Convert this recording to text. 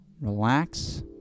relax